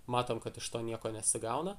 matom kad iš to nieko nesigauna